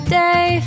day